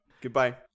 Goodbye